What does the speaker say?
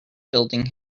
building